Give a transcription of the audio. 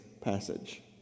passage